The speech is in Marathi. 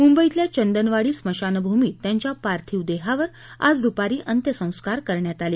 मुंबईतल्या चंदनवाडी स्मशानभूमीत त्यांच्या पार्थिव देहावर आज दुपारी अंत्यसंस्कार करण्यात आले